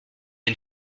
une